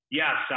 yes